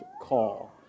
call